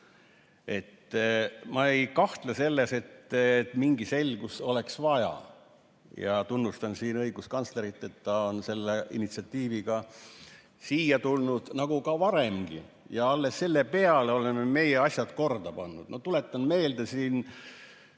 Ma ei kahtle selles, et mingit selgust oleks vaja, ja tunnustan õiguskantslerit, et ta on selle initsiatiiviga siia tulnud, nagu varemgi. Ja alles selle peale oleme meie asjad korda pannud. Tuletan meelde